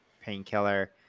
painkiller